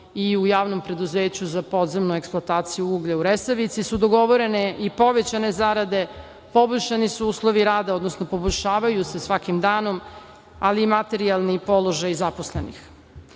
i u JP za podzemnu eksploataciju uglja u Resavici su dogovorene i povećane zarade, poboljšani su uslovi rada, odnosno poboljšavaju se svakim danom, ali i materijalni položaj zaposlenih. Energetska